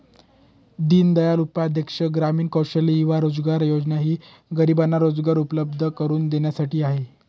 दीनदयाल उपाध्याय ग्रामीण कौशल्य युवा रोजगार योजना ही गरिबांना रोजगार उपलब्ध करून देण्यासाठी आहे